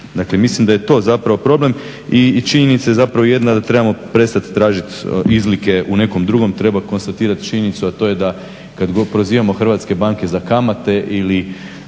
mislim da je to zapravo problem i činjenica je zapravo jedna da trebamo prestat tražit izlike u nekom drugom, treba konstatirati činjenicu, a to je da kad god prozivamo hrvatske banke za kamate ili